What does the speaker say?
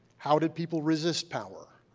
how did people resist power,